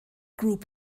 group